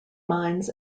mines